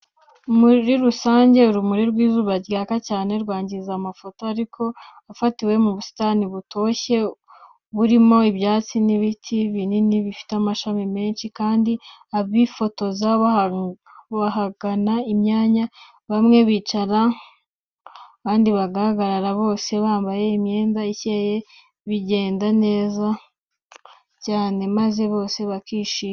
Muri rusange urumuri rw'izuba ryaka cyane rwangiza amafoto, ariko iyo afatiwe mu busitani butoshye, burimo ibyatsi n'ibiti binini bifite amashami menshi, kandi abifotoza bagahana imyanya, bamwe bicara abandi bagahagarara, bose bambaye imyenda ikeye bigenda neza cyane, maze bose bakishima.